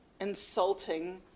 insulting